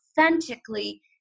authentically